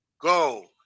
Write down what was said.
go